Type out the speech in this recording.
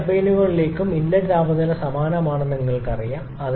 രണ്ട് ടർബൈനുകളിലേക്കും ഇൻലെറ്റിലെ താപനില സമാനമാണെന്ന് നിങ്ങൾക്കറിയാം